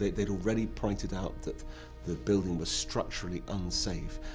they'd already pointed out that the building was structurally unsafe,